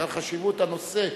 בגלל חשיבות הנושא.